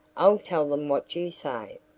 i'll tell them what you say,